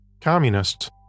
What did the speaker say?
Communists